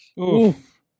Oof